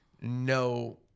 no